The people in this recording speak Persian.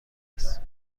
است